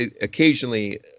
occasionally